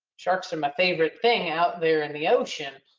sharks are my favorite thing out there in the ocean.